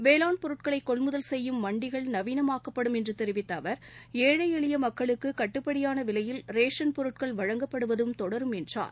வேளாண் பொருட்களை கொள்முதல் செய்யும் மண்டிகள் நவீனமாக்கப்படும் என்று தெரிவித்த அவர் ஏழை எளிய மக்களுக்கு கட்டுப்படியான விலையில் ரேஷன் பொருட்கள் வழங்கப்படுவதும் தொடரும் என்றார்